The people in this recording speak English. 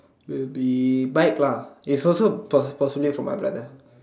will be bike lah is also pos~ possibly for my brother